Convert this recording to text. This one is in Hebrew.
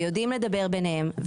ויודעים לדבר ביניהם.